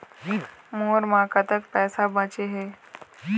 मोर म कतक पैसा बचे हे?